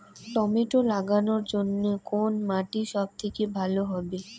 Tomato লাগানোর জন্যে কোন মাটি সব থেকে ভালো হবে?